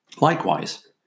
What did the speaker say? Likewise